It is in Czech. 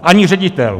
Ani ředitel.